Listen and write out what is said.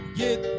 get